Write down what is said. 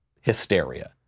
hysteria